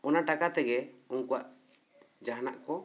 ᱟᱨ ᱚᱱᱟ ᱴᱟᱠᱟ ᱛᱮ ᱜᱮ ᱩᱱᱠᱩᱣᱟᱜ ᱡᱟᱦᱟᱱᱟᱜ ᱠᱚ